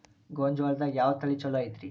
ಗೊಂಜಾಳದಾಗ ಯಾವ ತಳಿ ಛಲೋ ಐತ್ರಿ?